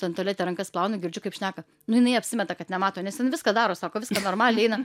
ten tualete rankas plaunu girdžiu kaip šneka nu jinai apsimeta kad nemato nes jinai viską daro sako viską normaliai eina